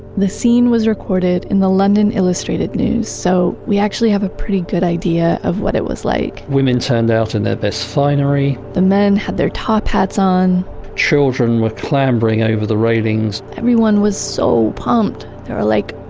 the scene was recorded in the london illustrated news, so we actually have a pretty good idea of what it was like women turned out in their best finery the men had their top hats on children were clambering over the railings everyone was so pumped. they were like,